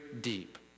deep